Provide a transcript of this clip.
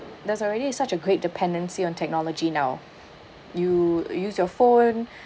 there's already such a great dependency on technology now you'll use your phone